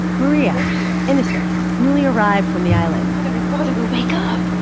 maria rita innocent newly arrived from the island mother and father who wake up.